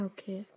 Okay